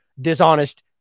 dishonest